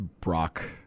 Brock